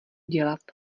dělat